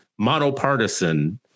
monopartisan